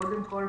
קודם כל,